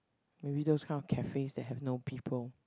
maybe those kind of cafe that have no people